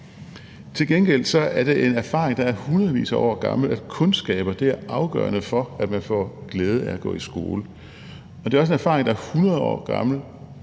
Til gengæld er det en erfaring, der er hundredvis af år gammel, at kundskaber er afgørende for, at man får glæde af at gå i skole, og det er også en erfaring, der er flere